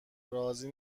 راضی